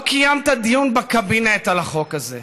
לא קיימת דיון בקבינט על החוק הזה,